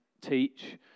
teach